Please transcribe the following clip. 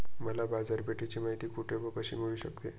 मला बाजारपेठेची माहिती कुठे व कशी मिळू शकते?